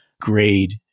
grade